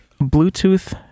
bluetooth